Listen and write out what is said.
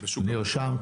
נרשם,